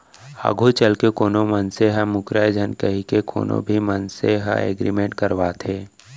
आघू चलके कोनो मनसे ह मूकरय झन कहिके कोनो भी मनसे ह एग्रीमेंट करवाथे